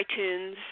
iTunes